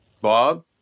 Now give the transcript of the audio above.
Bob